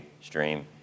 stream